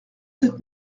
sept